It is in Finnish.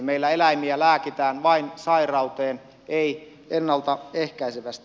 meillä eläimiä lääkitään vain sairauteen ei ennalta ehkäisevästi